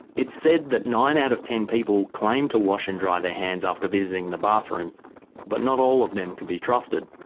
it's said that nine out of ten people claim to wash and dry their hands after visiting the bathroom but not all of them can be trusted.